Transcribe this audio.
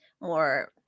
more